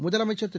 முதலமைச்சர் திரு